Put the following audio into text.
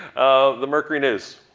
the mercury news?